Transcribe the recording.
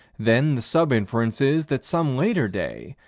then the sub-inference is that some later day,